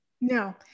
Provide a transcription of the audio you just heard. No